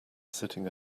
sitting